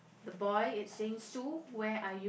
the boy is saying Sue where are you